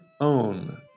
own